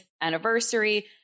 anniversary